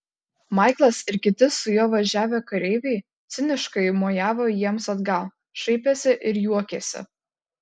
maiklas ir kiti su juo važiavę kareiviai ciniškai mojavo jiems atgal šaipėsi ir juokėsi